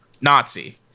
Nazi